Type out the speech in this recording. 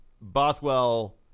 Bothwell